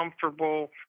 comfortable